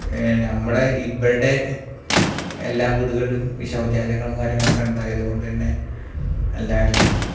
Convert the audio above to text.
നമ്മളെ ഇവടെ എല്ലാ വീടുകളിലും ശൗചാലയങ്ങളും കാര്യങ്ങളൊക്കെ ഉണ്ടായത് കൊണ്ടുതന്നെ എല്ലാവര്ക്കും